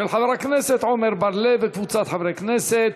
של חבר הכנסת עמר בר-לב וקבוצת חברי הכנסת.